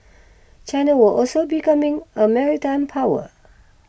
China will also becoming a maritime power